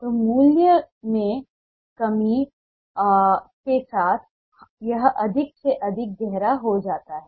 तो मूल्य में कमी के साथ यह अधिक से अधिक गहरा हो जाता है